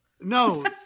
No